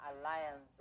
Alliance